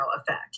effect